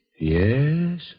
Yes